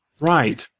Right